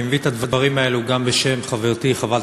אני מביא את הדברים האלה גם בשם חברתי חברת